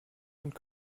und